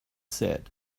said